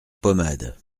pommade